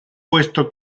puesto